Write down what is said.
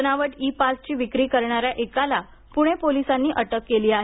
बनावट ई पासची विक्री करणाऱ्या एकाला पूणे पोलिसांनी अटक केली आहे